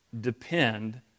depend